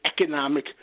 economic